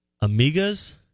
Amiga's